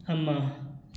ꯑꯃ